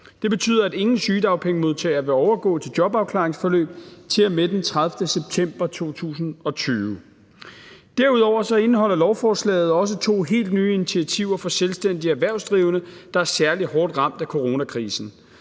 Det betyder, at ingen sygedagpengemodtagere vil overgå til jobafklaringsforløb til og med den 30. september 2020. Derudover indeholder lovforslaget også to helt nye initiativer for selvstændige erhvervsdrivende, der er særlig hårdt ramt af coronakrisen.